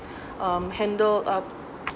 um handle up